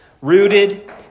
rooted